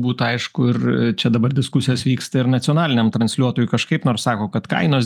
būtų aišku ir čia dabar diskusijos vyksta ir nacionaliniam transliuotojui kažkaip nors sako kad kainos